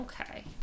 Okay